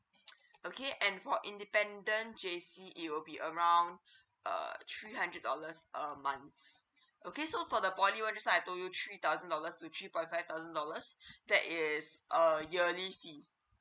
okay and for independent J_C it will be around uh three hundred dollars a month okay so for the poly where just I told you three thousand dollars to three point five thousands dollars that is a yearly fee